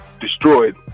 destroyed